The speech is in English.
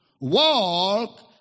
Walk